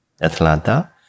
Atlanta